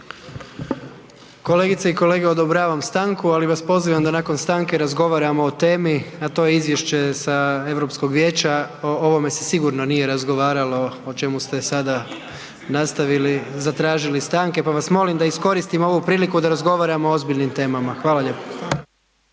Kolegice i kolege, odobravam stanku, ali vas pozivam da nakon stanke razgovaramo o temi, a to je Izvješće sa Europskog vijeća. O ovome se sigurno nije razgovaralo o čemu ste sada nastavili zatražili stanke pa vas molim da iskoristim ovu priliku da razgovaramo o ozbiljnim temama. Hvala lijepo.